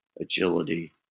agility